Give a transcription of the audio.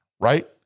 right